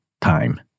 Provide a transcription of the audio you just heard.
time